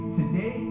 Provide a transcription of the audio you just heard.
today